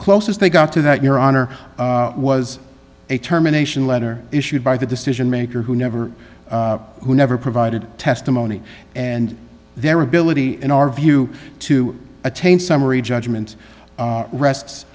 closest they got to that your honor was a terminations letter issued by the decision maker who never who never provided testimony and their ability in our view to attain summary judgment rests